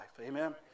amen